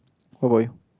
what about you